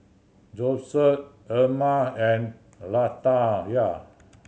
Joeseph Erma and Latanya